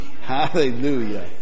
hallelujah